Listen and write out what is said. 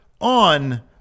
on